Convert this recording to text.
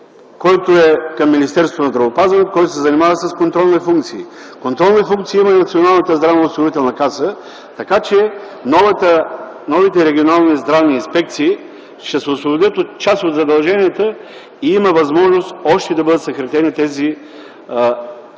който е към Министерството на здравеопазването, който се занимава с контролни функции. Контролни функции има Националната здравноосигурителна каса, така че новите Регионални здравни инспекции ще се освободят от част от задълженията и има възможност още да бъдат съкратени тези, пак